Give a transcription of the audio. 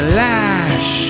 lash